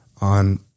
on